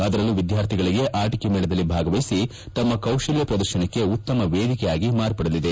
ಅದರಲ್ಲೂ ವಿದ್ಯಾರ್ಥಿಗಳಿಗೆ ಆಟಿಕೆ ಮೇಳದಲ್ಲಿ ಭಾಗವಹಿಸಿ ತಮ್ಮ ಕೌಶಲ್ತ ಪ್ರದರ್ಶನಕ್ಕೆ ಉತ್ತಮ ವೇದಿಕೆಯಾಗಿ ಮಾರ್ಪಡಲಿದೆ